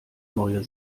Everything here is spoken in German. neue